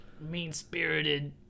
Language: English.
mean-spirited